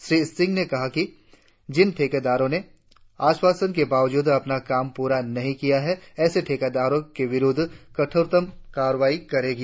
श्री सिंह ने कहा कि जिन ठेकेदारों ने आश्वासन के बावजूद अपना काम प्ररा नहीं किया है ऐसे ठेकेदारों के विरुद्ध कठोरतम कार्रवाई करेगी